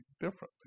differently